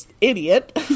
idiot